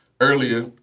earlier